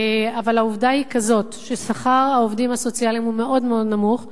אבל העובדה היא כזאת ששכר העובדים הסוציאליים הוא מאוד מאוד נמוך.